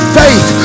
faith